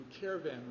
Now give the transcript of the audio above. caravan